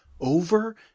over